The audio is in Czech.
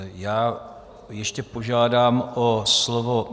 Já ještě požádám o slovo...